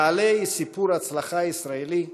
נעל"ה היא סיפור הצלחה ישראלי,